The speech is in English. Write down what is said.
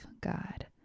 God